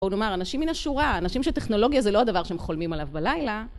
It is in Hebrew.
או לומר, אנשים מן השורה, אנשים שטכנולוגיה זה לא הדבר שהם חולמים עליו בלילה.